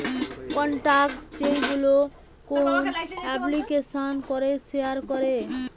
contact যেইগুলো কোন এপ্লিকেশানে করে শেয়ার করে